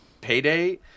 payday